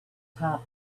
top